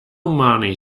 money